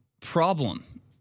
problem